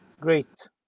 Great